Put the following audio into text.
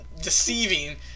deceiving